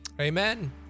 Amen